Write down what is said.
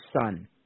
son